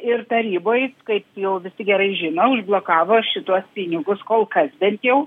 ir taryboj kaip jau visi gerai žino užblokavo šituos pinigus kol kas bent jau